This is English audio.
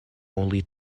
only